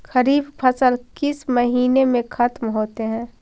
खरिफ फसल किस महीने में ख़त्म होते हैं?